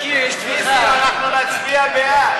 תצביע, תצביע.